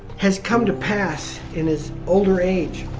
has come to pass in his older age.